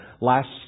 last